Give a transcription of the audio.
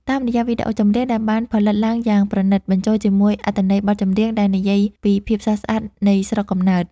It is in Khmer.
តាមរយៈវីដេអូចម្រៀងដែលបានផលិតឡើងយ៉ាងប្រណីត បញ្ចូលជាមួយអត្ថន័យបទចម្រៀងដែលនិយាយពីភាពស្រស់ស្អាតនៃស្រុកកំណើត។